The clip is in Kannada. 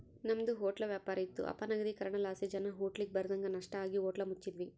ನಮ್ದು ಹೊಟ್ಲ ವ್ಯಾಪಾರ ಇತ್ತು ಅಪನಗದೀಕರಣಲಾಸಿ ಜನ ಹೋಟ್ಲಿಗ್ ಬರದಂಗ ನಷ್ಟ ಆಗಿ ಹೋಟ್ಲ ಮುಚ್ಚಿದ್ವಿ